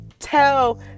tell